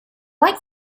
like